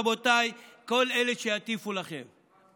רבותיי: כל אלה שיטיפו לכם,